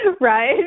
Right